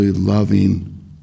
loving